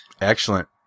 Excellent